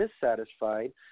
dissatisfied